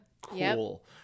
Cool